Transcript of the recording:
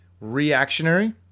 reactionary